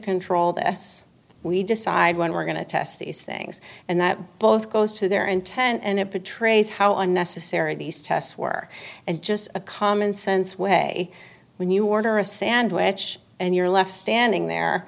control this we decide when we're going to test these things and that both goes to their intent and it betrays how unnecessary these tests were and just a common sense way when you order a sandwich and you're left standing there